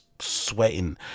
sweating